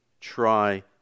try